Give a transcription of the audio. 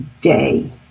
day